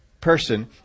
person